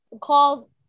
called